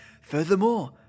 Furthermore